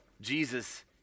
Jesus